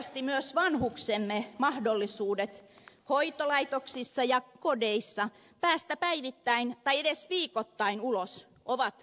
laajasti myös vanhuksiemme mahdollisuudet hoitolaitoksissa ja kodeissa päästä päivittäin tai edes viikoittain ulos ovat rajatut